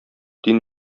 дин